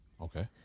Okay